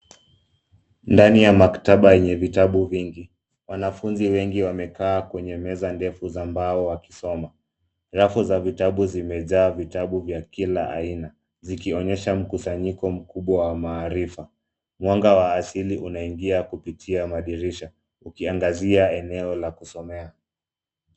Ndani ya maktaba yenye vitabu vingi; wanafunzi wengi wamekaa kwenye meza ndefu za mbao wakisoma. Rafu za vitabu zimejaa vitabu vya kila aina, zikionyesha mkusanyiko mkubwa wa maarifa. Mwanga wa asili unaingia kupitia madirisha ukiangazia eneo la kusomea.